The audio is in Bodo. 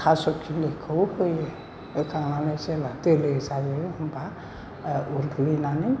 थास' खिलिखौ होयो होखांनानै जेब्ला दोलो जायो होनबा ओ उरग्लिनानै